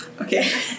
Okay